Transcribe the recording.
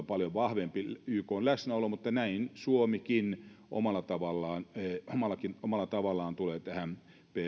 paljon vahvempi ykn läsnäolo mutta näin suomikin omalla tavallaan omalla tavallaan tulee tähän